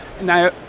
Now